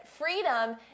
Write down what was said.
Freedom